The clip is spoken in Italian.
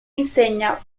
insegna